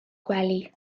gwely